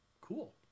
cool